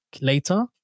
later